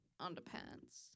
underpants